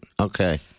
okay